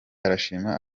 arashima